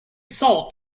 salt